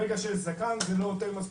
ברגע שיש זקן זה לא אוטם מספיק,